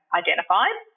identified